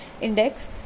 index